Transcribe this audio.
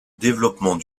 développement